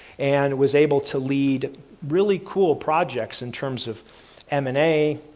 and was able to lead really cool projects in terms of m and a,